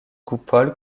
coupole